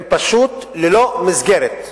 הם פשוט ללא מסגרת.